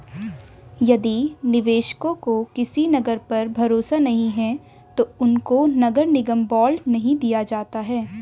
यदि निवेशकों को किसी नगर पर भरोसा नहीं है तो उनको नगर निगम बॉन्ड नहीं दिया जाता है